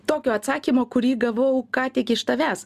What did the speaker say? tokio atsakymo kurį gavau ką tik iš tavęs